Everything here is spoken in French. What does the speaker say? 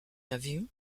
avion